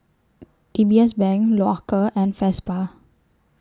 D B S Bank Loacker and Vespa